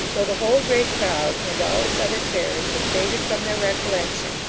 though the whole great crowd and all its other terrors had faded from their recollection,